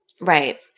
Right